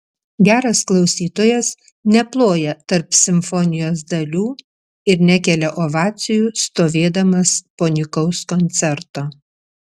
geras klausytojas neploja tarp simfonijos dalių ir nekelia ovacijų stovėdamas po nykaus koncerto